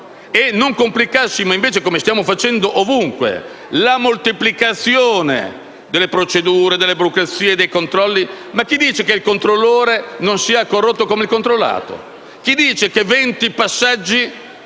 e non complicassimo il tutto, come stiamo facendo ovunque con la moltiplicazione delle procedure burocratiche e dei controlli. Chi dice che il controllore non sia corrotto come il controllato? Chi dice che i 20 passaggi